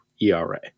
ERA